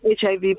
HIV